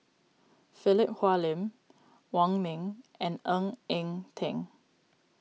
Philip Hoalim Wong Ming and Ng Eng Teng